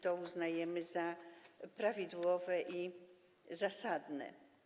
To uznajemy za prawidłowe i zasadne.